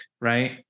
Right